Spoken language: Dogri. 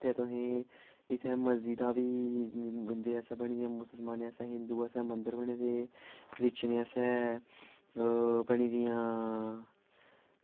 ते इत्थै तुसें गी इत्थै मस्जिदां बी उं'दे आस्तै बनी दियां मुस्लमानें आस्तै ते हिंदु आस्तै मंदर बने दे क्रिशिच्यन आस्तै ओह् बनी दियां